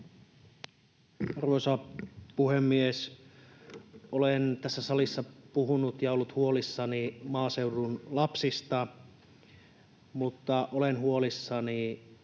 Arvoisa puhemies! Olen tässä salissa puhunut ja ollut huolissani maaseudun lapsista, mutta olen huolissani